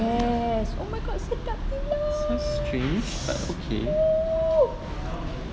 yes oh my god sedap gila !woo!